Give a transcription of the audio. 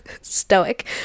stoic